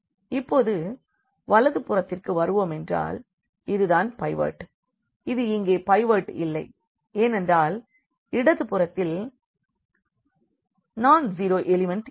இப்பொழுது வலதுபுறத்திற்கு வருவோமென்றால் இது தான் பைவோட் இது இங்கே பைவோட் இல்லை ஏனென்றால் இடதுபுறத்தில் நான் ஸீரோ எலிமெண்ட் இருக்கும்